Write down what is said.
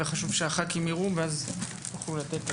וחשוב שחברי הכנסת ייראו ואחר כך יתייחסו.